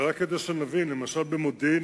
רק כדי שנבין, למשל במודיעין-עילית